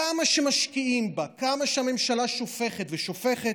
כמה שמשקיעים בה, כמה שהממשלה שופכת ושופכת,